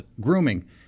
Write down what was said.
grooming